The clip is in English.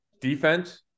defense